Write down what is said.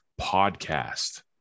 podcast